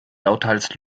lauthals